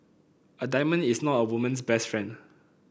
a diamond is not a woman's best friend